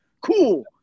cool